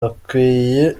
bakwiye